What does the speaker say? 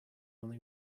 only